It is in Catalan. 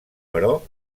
però